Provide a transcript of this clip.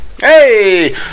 Hey